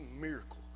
miracle